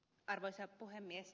arvoisa puhemies